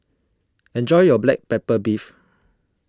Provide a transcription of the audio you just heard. enjoy your Black Pepper Beef